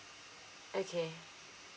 okay